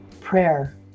Prayer